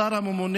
השר הממונה